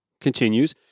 continues